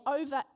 over